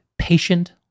Patient